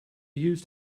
used